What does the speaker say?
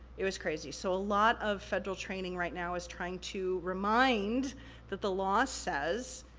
it was crazy. so, a lot of federal training right now is trying to remind that the law says,